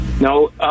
No